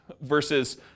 Versus